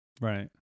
right